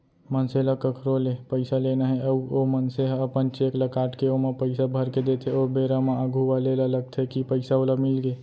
मनसे ल कखरो ले पइसा लेना हे अउ ओ मनसे ह अपन चेक ल काटके ओमा पइसा भरके देथे ओ बेरा म आघू वाले ल लगथे कि पइसा ओला मिलगे